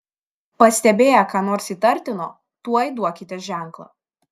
pastebėję ką nors įtartino tuoj duokite ženklą